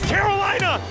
Carolina